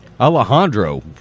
Alejandro